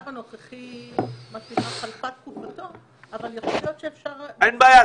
לפי המצב הנוכחי --- אבל יכול להיות שאפשר --- אין בעיה,